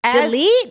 delete